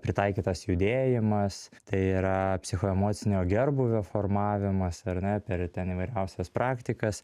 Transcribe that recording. pritaikytas judėjimas tai yra psichoemocinio gerbūvio formavimas ar ne per ten įvairiausias praktikas